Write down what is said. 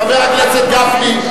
חבר הכנסת גפני,